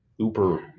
Uber